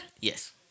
Yes